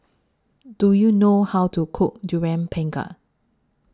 Do YOU know How to Cook Durian Pengat